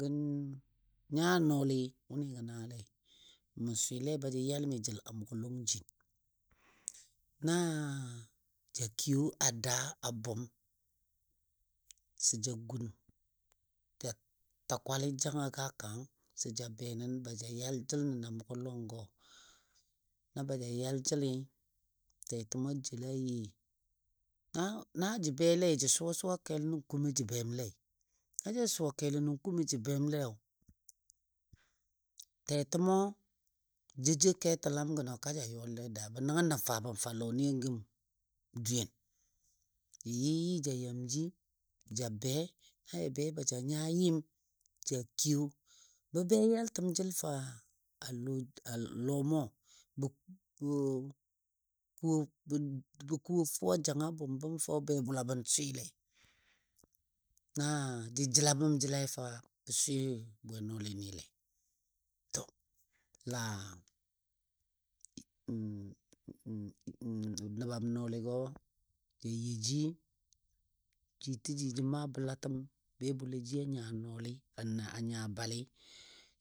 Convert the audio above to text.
Gən nya nɔoli wʊnɨ gə naalei, mə swɨle bajə yalmi jəl a mʊgɔ lɔng jin. Na ja kiyo, a daa a bʊm sa ja gun, ja ta kwalɨ janga a kang sə ja benən baja yal jəl nən a mʊgɔ longɔ. Na baja yal jəlɨ, tɛtɛmɔ jela yɨ, na jə bellei suwa suwa kel nən kumɔ jə bemelei, na ja suwa kelo nən kumo jə bemleyo, tɛtɛmo jou jou ketəlam gənɔ ka ja yɔle daa bə nəngnɔ fabəm fə a lɔnɨ gəm dwiyen, jə yɨyɨ ja yam ji be na ja bei baja nya yɨm ja kiyo bə be yaltam jəl fou a lɔj lɔ mɔ bə ko fuwa janga a bʊm bəm fou bwebʊla bən swɨle. Na jə jəla bəm jəlai fa bə swɨɨ bwenɔclɨ nɨle to laa nəbam nɔɔligɔ ja you ji, ji təji jə maa bəlatəm bwebʊlaji a nya noli nya balɨ